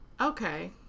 Okay